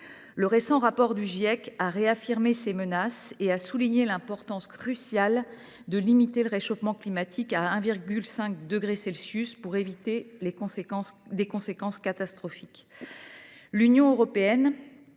du climat (Giec) a réaffirmé ces menaces et a souligné l’importance cruciale de limiter le changement climatique à 1,5 degré Celsius pour éviter des conséquences catastrophiques.